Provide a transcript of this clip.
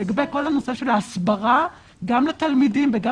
לגבי נושא ההסברה גם לתלמידים וגם